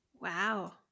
Wow